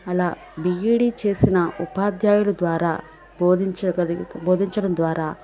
అలా బీఈడీ చేసిన ఉపాధ్యాయులు ద్వారా బోధించగలిగే బోధించడం ద్వారా